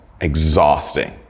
exhausting